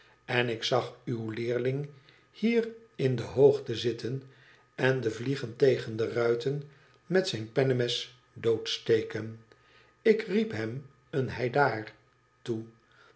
en ik zag uw leerling hier in de hoogte zitten en de vliegen tegen de ruiten met zijn pennemes doodsteken ik liep hem een heidaar toe